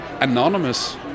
anonymous